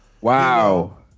wow